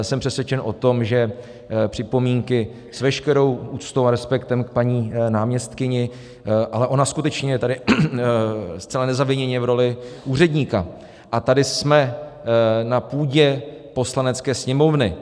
Jsem přesvědčen o tom, že připomínky, s veškerou úctou a respektem k paní náměstkyni ale ona skutečně je tady zcela nezaviněně v roli úředníka, a tady jsme na půdě Poslanecké sněmovny.